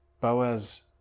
Boaz